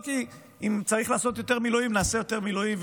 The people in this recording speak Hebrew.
אם צריך לעשות יותר מילואים נעשה יותר מילואים,